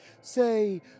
Say